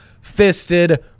fisted